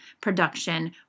production